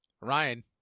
Ryan